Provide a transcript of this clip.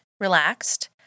relaxed